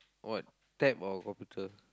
what tab or computer